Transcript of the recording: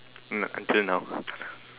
uh until now